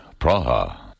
Praha